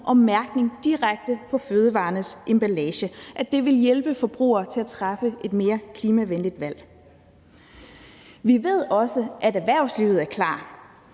og mærkning direkte på fødevarernes emballage. Det vil hjælpe forbrugerne til at træffe et mere klimavenligt valg. Vi ved også, at erhvervslivet er klar,